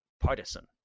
partisan